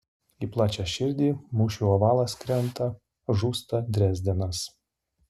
į plačią širdį mūšių ovalas krenta žūsta drezdenas